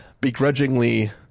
begrudgingly